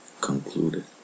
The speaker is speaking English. concluded